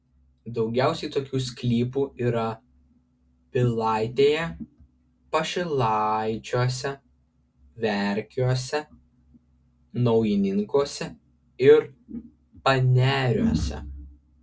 daugiausiai tokių sklypų yra pilaitėje pašilaičiuose verkiuose naujininkuose ir paneriuose